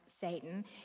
Satan